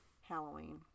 Halloween